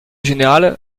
général